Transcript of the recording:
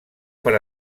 per